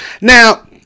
Now